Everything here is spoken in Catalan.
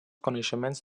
coneixements